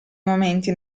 momenti